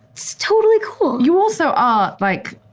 so totally cool you also are like,